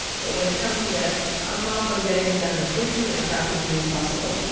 but when it comes to death, i'm all for getting it done as quickly and practically as possible.